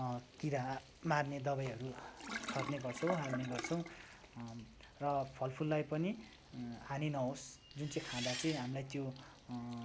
किरा मार्ने दबाईहरू छर्ने गर्छौँ हाल्ने गर्छौँ र फलफुललाई पनि हानी नहोस् जुन चाहिँ खाँदा चाहिँ हामीलाई त्यो